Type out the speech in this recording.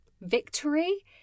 victory